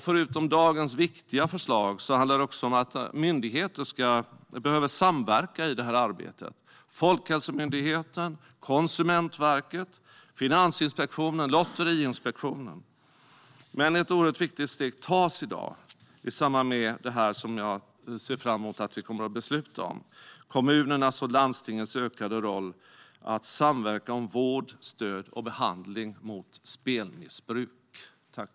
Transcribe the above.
Förutom dagens viktiga förslag handlar det också om att olika myndigheter måste samverka i det här arbetet: Folkhälsomyndigheten, Konsumentverket, Finansinspektionen och Lotteriinspektionen. Ett oerhört viktigt steg tas i samband med det som jag ser fram emot att vi kommer att besluta om i dag, nämligen kommunernas och landstingens ökade roll att samverka om vård, stöd och behandling mot spelmissbruk.